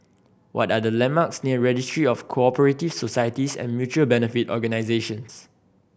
what are the landmarks near Registry of Co Operative Societies and Mutual Benefit Organisations